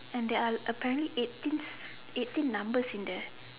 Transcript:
and there are apparently about eighteen eighteen numbers in there